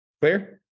Clear